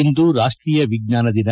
ಇಂದು ರಾಷ್ಟೀಯ ವಿಜ್ಞಾನ ದಿನ